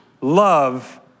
love